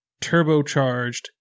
turbocharged